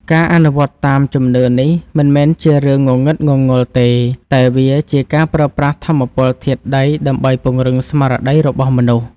ការអនុវត្តតាមជំនឿនេះមិនមែនជារឿងងងឹតងងុលទេតែវាជាការប្រើប្រាស់ថាមពលធាតុដីដើម្បីពង្រឹងស្មារតីរបស់មនុស្ស។